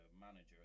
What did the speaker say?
manager